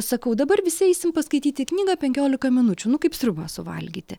sakau dabar visi eisim paskaityti knygą penkiolika minučių nu kaip sriubą suvalgyti